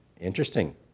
Interesting